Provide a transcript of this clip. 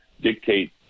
dictate